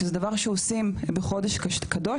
שזה דבר שעושים בחודש קדוש.